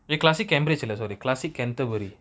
the classic cambridge இல்ல:illa sorry classic canterbury